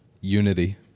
Unity